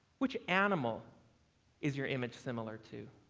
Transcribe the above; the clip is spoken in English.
which animal is your image similar to?